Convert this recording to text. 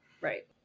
right